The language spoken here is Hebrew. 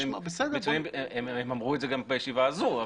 הם אמרו זאת גם בישיבה הזו.